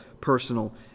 personal